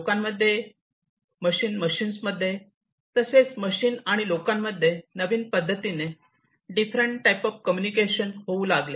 लोकांमध्ये machines machines मध्ये तसेच मशीन आणि लोकांमध्ये नवीन पद्धतीने डिफरंट टाइप्स ऑफ कम्युनिकेशन होऊ लागले